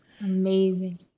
Amazing